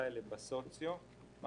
אנחנו